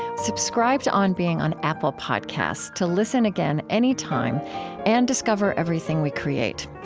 subscribe to on being on apple podcasts to listen again any time and discover everything we create.